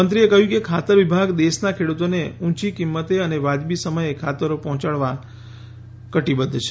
મંત્રીએ કહ્યું કે ખાતર વિભાગ દેશના ખેડુતાખે ઉચીત કિંમતે અને વાજબી સમયે ખાતર હોંચાડવા કટિબદ્ધ છે